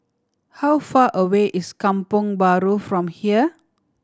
how far away is Kampong Bahru from here